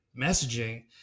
messaging